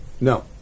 No